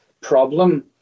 problem